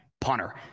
punter